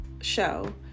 show